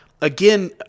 again